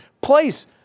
place